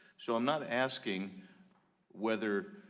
so i'm not asking whether,